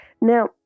Now